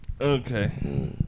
Okay